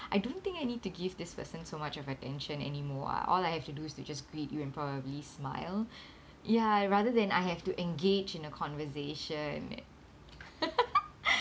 I don't think I need to give this person so much of attention anymore ah all I have to do is to just greet you and probably smile ya rather than I have to engage in a conversation